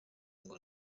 ngo